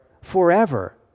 forever